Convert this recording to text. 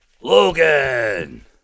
Logan